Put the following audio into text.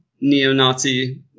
neo-Nazi